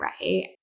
right